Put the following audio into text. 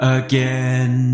again